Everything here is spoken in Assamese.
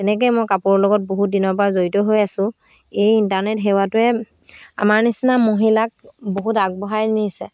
তেনেকেই মই কাপোৰৰ লগত বহুত দিনৰ পৰা জড়িত হৈ আছোঁ এই ইণ্টাৰনেট সেৱাটোৱে আমাৰ নিচিনা মহিলাক বহুত আগবঢ়াই নিছে